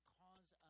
cause